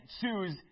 choose